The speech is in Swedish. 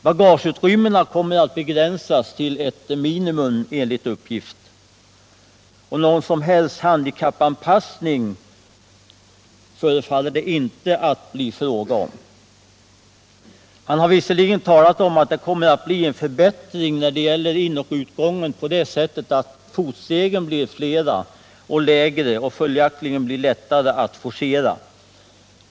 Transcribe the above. Bagageutrymmena kommer enligt uppgift att begränsas till ett minimum, och någon som helst handikappanpassning förefaller det inte bli fråga om. Man har visserligen talat om att det kommer att bli en förbättring när det gäller inoch utgången på det sättet att fotstegen blir flera och lägre, så att det följaktligen blir lättare att forcera dem.